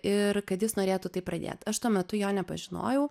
ir kad jis norėtų tai pradėt aš tuo metu jo nepažinojau